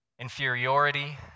inferiority